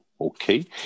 okay